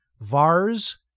Vars